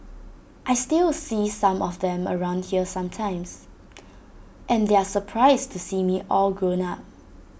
I still see some of them around here sometimes and they are surprised to see me all grown up